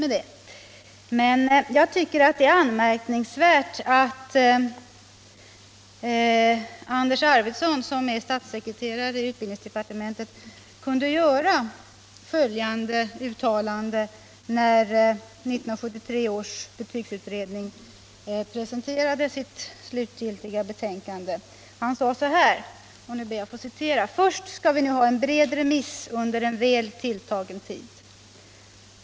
Jag tycker emellertid att det är anmärkningsvärt att Anders Arfwedson, som är statssekreterare i utbildningsdepartementet, kunde göra följande uttalande när 1973 års betygsutredning presenterade sitt slutgiltiga betänkande: Först skall vi nu ha en bred remiss under en väl tilltagen tid.